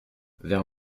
vers